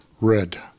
red